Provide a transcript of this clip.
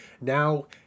Now